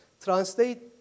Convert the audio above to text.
translate